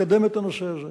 לקדם את הנושא הזה.